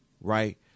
Right